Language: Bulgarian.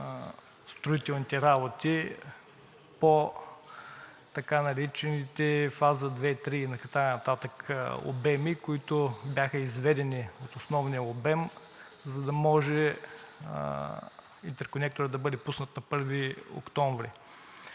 строителните работи по така наречените фаза 2 и 3 и така нататък обеми, които бяха изведени от основния обем, за да може интерконекторът да бъде пуснат на 1 октомври.